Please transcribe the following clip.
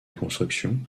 construction